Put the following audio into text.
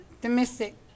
domestic